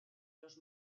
los